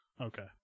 Okay